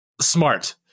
smart